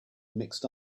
mixed